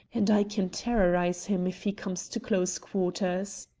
and i can terrorise him if he comes to close quarters.